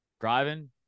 Driving